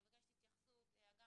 אני מבקשת התייחסות, וגם